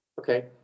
Okay